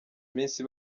iminsi